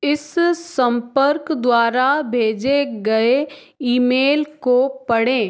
इस संपर्क द्वारा भेजे गए ईमेल को पढ़ें